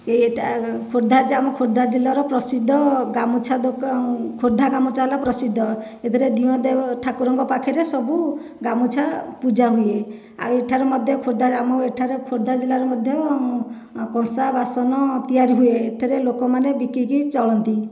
ଏଇଟା ଖୋର୍ଦ୍ଧା ଆମ ଖୋର୍ଦ୍ଧା ଜିଲ୍ଲାର ପ୍ରସିଦ୍ଧ ଗାମୁଛା ଖୋର୍ଦ୍ଧା ଗାମୁଛା ହେଲା ପ୍ରସିଦ୍ଧ ଏଥିରେ ଦିଅଁ ଦେବତା ଠାକୁରଙ୍କ ପାଖରେ ସବୁ ଗାମୁଛା ପୂଜା ହୁଏ ଆଉ ଏଠାରେ ମଧ୍ୟ ଖୋର୍ଦ୍ଧାରେ ଆମ ଏଠାରେ ଖୋର୍ଦ୍ଧା ଜିଲ୍ଲାରେ ମଧ୍ୟ କଂସା ବାସନ ତିଆରି ହୁଏ ଏଥିରେ ଲୋକମାନେ ବିକିକି ଚଳନ୍ତି